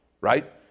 right